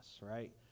right